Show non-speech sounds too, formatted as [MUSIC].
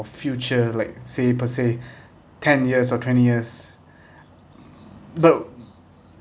future like say per se [BREATH] ten years or twenty years but